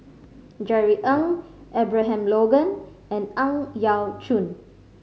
Jerry Ng Abraham Logan and Ang Yau Choon